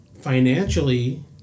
financially